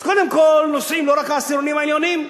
אז קודם כול, נוסעים לא רק העשירונים העליונים,